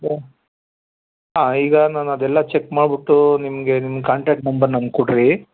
ಹಾಂ ಹಾಂ ಈಗ ನಾನು ಅದೆಲ್ಲ ಚಕ್ ಮಾಡ್ಬಿಟ್ಟು ನಿಮಗೆ ನಿಮ್ಮ ಕಾಂಟೆಕ್ಟ್ ನಂಬರ್ ನಂಗೆ ಕೊಡಿರಿ